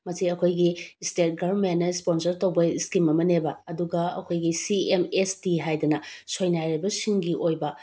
ꯃꯁꯤ ꯑꯩꯈꯣꯏꯒꯤ ꯏꯁꯇꯦꯠ ꯒꯔꯃꯦꯟꯅ ꯏꯁꯄꯣꯟꯁ꯭ꯔ ꯇꯧꯕ ꯏꯁꯀꯤꯝ ꯑꯃꯅꯦꯕ ꯑꯗꯨꯒ ꯑꯩꯈꯣꯏꯒꯤ ꯁꯤ ꯑꯦꯝ ꯑꯦꯁ ꯇꯤ ꯍꯥꯏꯗꯅ ꯁꯣꯏꯅꯥꯏꯔꯕꯁꯤꯡꯒꯤ ꯑꯣꯏꯕ